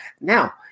now